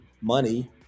money